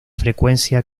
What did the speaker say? frecuencia